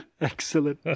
Excellent